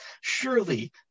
Surely